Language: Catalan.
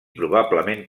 probablement